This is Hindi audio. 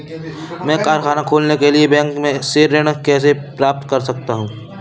मैं कारखाना खोलने के लिए बैंक से ऋण कैसे प्राप्त कर सकता हूँ?